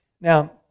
Now